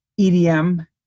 EDM